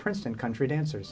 princeton country dancers